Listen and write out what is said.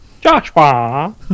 Joshua